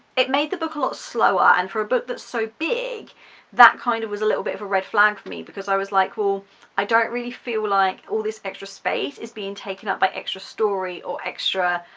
it made the book a lot slower and for a book that's so big that kind of was a little bit of a red flag for me because i was like well i don't really feel like all this extra space is being taken up by extra story or extra